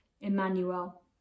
Emmanuel